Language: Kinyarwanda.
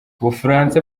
ubufaransa